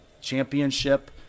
championship